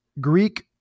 Greek